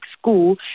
school